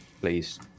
please